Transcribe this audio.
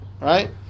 right